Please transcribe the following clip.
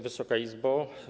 Wysoka Izbo!